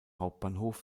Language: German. hauptbahnhof